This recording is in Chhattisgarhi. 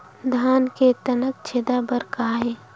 धान के तनक छेदा बर का हे?